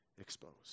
exposed